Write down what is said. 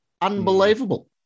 unbelievable